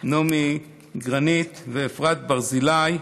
נעמי גרנות ואפרת ברזילי,